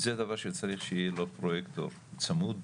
זה דבר שצריך שיהיה לו פרויקטור צמוד,